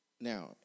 Now